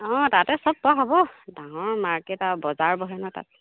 অঁ তাতে সব পোৱা হ'ব ডাঙৰ মাৰ্কেট আৰু বজাৰ বহে নহ্ তাতে